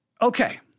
Okay